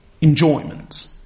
Enjoyment